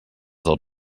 del